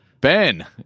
Ben